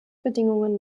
bedingungen